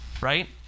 right